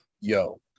yo